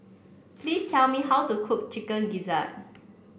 please tell me how to cook Chicken Gizzard